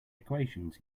equations